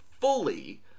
fully